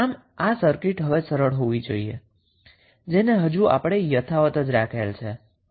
આમ આ સર્કિટમા આ સરળ હશે આ યથાવત જ હશે